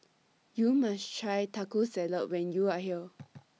YOU must Try Taco Salad when YOU Are here